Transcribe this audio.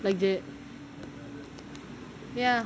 like that ya